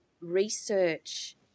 research